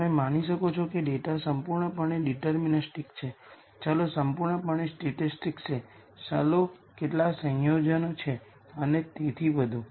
તમે માની શકો છો કે ડેટા સંપૂર્ણપણે ડીટર્મીનીસ્ટિક છે વેરીએબલ્સ સંપૂર્ણપણે સ્ટોકેસ્ટિક છે વેરીએબલ્સ કેટલાક સંયોજન છે અને તેથી વધુ